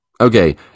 Okay